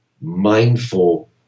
mindful